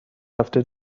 هفته